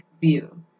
view